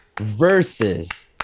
versus